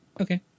Okay